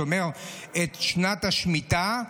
שומר את שנת השמיטה,